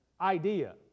idea